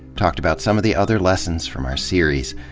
talked about some of the other lessons from our series,